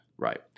Right